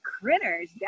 critters